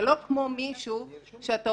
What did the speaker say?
זה לא כמו מישהו ששכח,